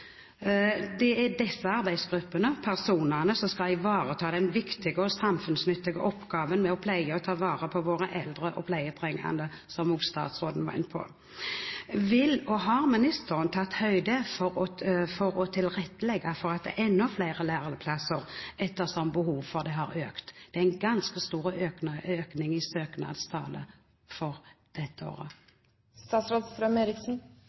Det er disse arbeidsgruppene, personene, som skal ivareta den viktige og samfunnsnyttige oppgaven med å pleie og ta vare på våre eldre og pleietrengende, som også statsråden var inne på. Vil ministeren ta, eller har ministeren tatt, høyde for å tilrettelegge for enda flere lærlingplasser, ettersom behovet for det har økt? Det er en ganske stor økning i søknadstallet for dette